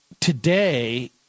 today